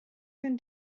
can